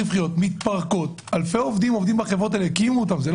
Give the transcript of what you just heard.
רווחיות הן מתפרקות.